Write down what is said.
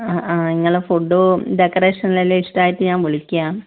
ആ ആ നിങ്ങൾ ഫുഡ്ഡും ഡെക്കറേഷനുവെല്ലാം ഇഷ്ടമായിട്ട് ഞാൻ വിളിക്കുകയാണ്